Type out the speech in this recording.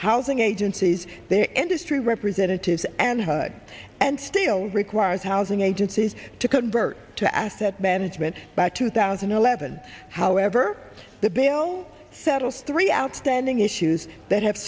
housing agencies their industry representatives and hud and still requires housing agencies to convert to asset management by two thousand and eleven however the bill settle three outstanding issues that have